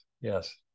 yes